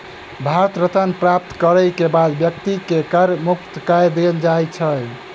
भारत रत्न प्राप्त करय के बाद व्यक्ति के कर मुक्त कय देल जाइ छै